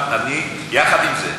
אבל יחד עם זה,